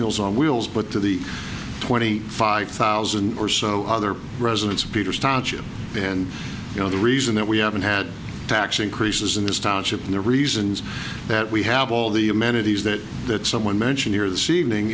meals on wheels but to the twenty five thousand or so other residents peter stacia and you know the reason that we haven't had tax increases in this township and the reasons that we have all the amenities that that someone mentioned here this evening